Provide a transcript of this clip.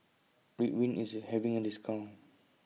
Ridwind IS having A discount